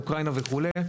אוקראינה וכולה.